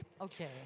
Okay